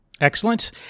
Excellent